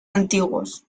antiguos